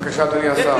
בבקשה, השר.